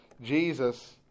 Jesus